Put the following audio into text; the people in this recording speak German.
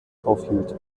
aufhielt